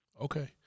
Okay